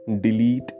delete